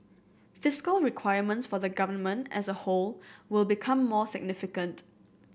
fiscal requirements for the Government as a whole will become more significant